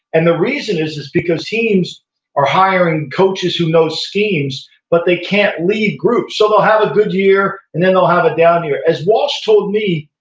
and the reason is is because teams are hiring coaches who know schemes but they can't lead groups so they'll have a good year, and then they'll have a down year as walsh told me,